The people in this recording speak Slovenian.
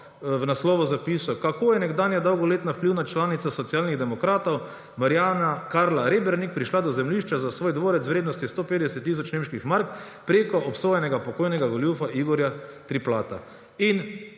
v naslovu zapisal: »Kako je nekdanja dolgoletna vplivna članica Socialnih demokratov Mariana Karla Rebernik prišla do zemljišča za svoj dvorec v vrednosti 150 tisoč nemških mark preko obsojenega pokojnega goljufa Igorja Triplata«.